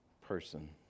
person